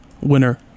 winner